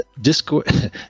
Discord